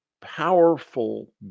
powerful